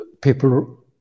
People